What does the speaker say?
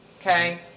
Okay